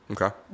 Okay